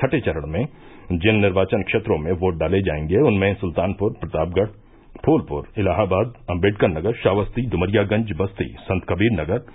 छठे चरण में जिन निर्वाचन क्षेत्रों में वोट डाले जायेंगे उनमें सुल्तानपुर प्रतापगढ़ फूलपुर इलाहाबाद अम्बेडकर नगर श्रावस्ती डुमरियागंज बस्ती संतकबीर नगर